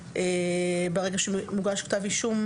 ברגע שמוגש כתב אישום,